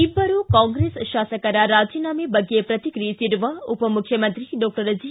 ಇಬ್ಬರು ಕಾಂಗ್ರೆಸ್ ಶಾಸಕರ ರಾಜೀನಾಮೆ ಬಗ್ಗೆ ಪ್ರತಿಕ್ರಿಯಿಸಿರುವ ಉಪಮುಖ್ಯಮಂತ್ರಿ ಡಾಕ್ಟರ್ ಜಿ